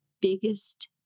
biggest